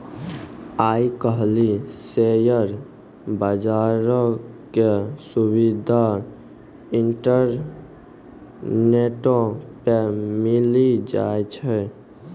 आइ काल्हि शेयर बजारो के सुविधा इंटरनेटो पे मिली जाय छै